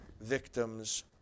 victims